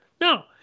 No